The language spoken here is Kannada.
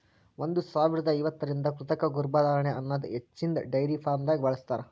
ಒಂದ್ ಸಾವಿರದಾ ಐವತ್ತರಿಂದ ಕೃತಕ ಗರ್ಭಧಾರಣೆ ಅನದ್ ಹಚ್ಚಿನ್ದ ಡೈರಿ ಫಾರ್ಮ್ದಾಗ್ ಬಳ್ಸತಾರ್